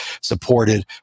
supported